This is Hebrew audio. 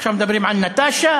ועכשיו מדברים על "נטשה".